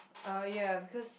oh ya because